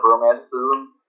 romanticism